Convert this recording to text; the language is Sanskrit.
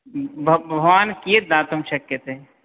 भवान् कियत् दातुं शक्यते